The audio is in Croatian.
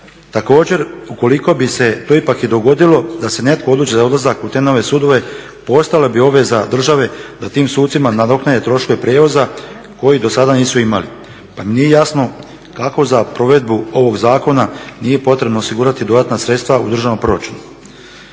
Također ukoliko bi se to ipak i dogodilo da se netko odluči za odlazak u te nove sudove postala bi obveza države da tim sucima nadoknade troškove prijevoza koji do sada nisu imali pa nije jasno kako za provedbu ovog zakona nije potrebno osigurati dodatna sredstva u državnom proračunu.